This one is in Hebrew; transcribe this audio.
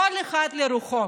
כל אחד לרוחו.